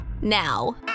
now